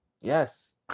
Yes